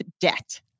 debt